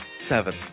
Seven